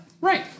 Right